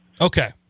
Okay